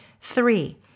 Three